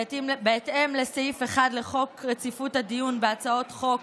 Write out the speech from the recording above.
בהתאם לסעיף 1 לחוק רציפות הדיון בהצעות חוק,